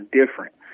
different